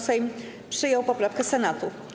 Sejm przyjął poprawkę Senatu.